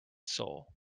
soul